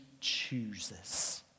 chooses